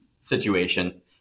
situation